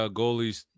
goalies